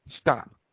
Stop